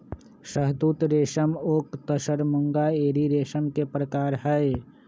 शहतुत रेशम ओक तसर मूंगा एरी रेशम के परकार हई